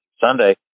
Sunday